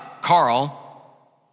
Carl